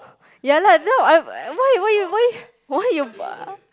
ya lah no I'm why you why you why you why you uh